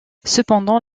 cependant